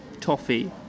toffee